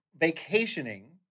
vacationing